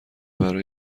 برای